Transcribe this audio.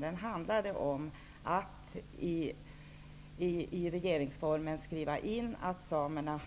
Den handlar om att i regeringsformen skriva in att samerna